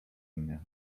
mnie